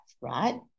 right